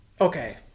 okay